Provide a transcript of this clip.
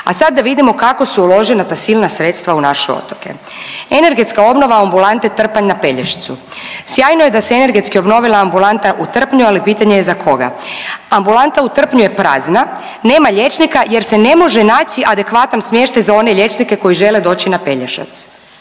A sad da vidimo kako su uložena ta silna sredstva u naše otoke. Energetska obnova ambulante Trpanj na Pelješcu. Sjajno je da se energetski obnovila ambulanta u Trpnju, ali pitanje za koga. Ambulanta u Trpnju je prazna, nema liječnika jer se ne može naći adekvatan smještaj za one liječnike koji žele doći na Pelješac,